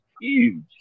huge